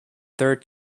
third